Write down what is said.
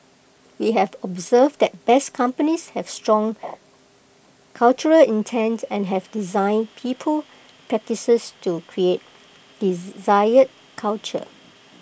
we have observed that best companies have strong cultural intent and have designed people practices to create desired culture